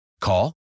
Call